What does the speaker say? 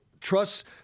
trust –